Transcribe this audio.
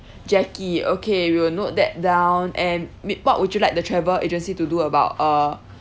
jackie okay we will note that down and mee~ what would you like the travel agency to do about uh